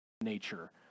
nature